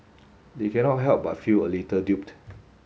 they cannot help but feel a little duped